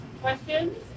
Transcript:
questions